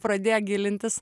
pradėjo gilintis